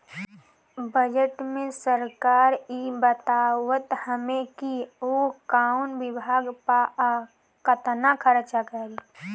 budget में सरकार इ बतावत हवे कि उ कवना विभाग पअ केतना खर्चा करी